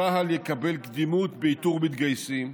צה"ל יקבל קדימות באיתור מתגייסים,